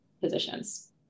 positions